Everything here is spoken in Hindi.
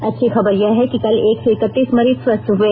अच्छी खबर यह है कि कल एक सौ इक्तीस मरीज स्वस्थ हए